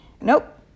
Nope